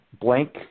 blank